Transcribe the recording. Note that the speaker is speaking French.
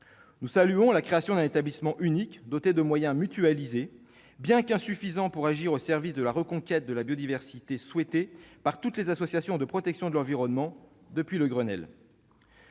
Nous saluons la création d'un établissement unique doté de moyens mutualisés, bien qu'insuffisants, pour agir au service de la reconquête de la biodiversité, souhaitée par toutes les associations de protection de l'environnement depuis le Grenelle.